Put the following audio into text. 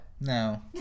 No